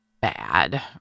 bad